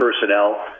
personnel